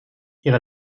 ihre